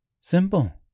Simple